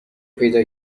پیدا